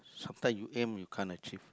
sometimes you aim you can't achieve also